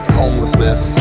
homelessness